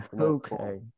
Okay